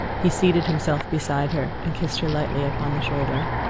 he seated himself beside her and kissed her lightly upon the shoulder.